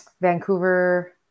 Vancouver